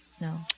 No